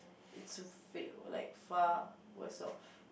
it's fail like far worse off